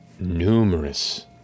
numerous